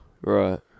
Right